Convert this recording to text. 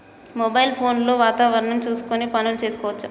Mobile phone లో వాతావరణం చూసుకొని పనులు చేసుకోవచ్చా?